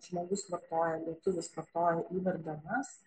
žmogus vartoja lietuvis vartoja įvardį anas